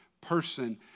person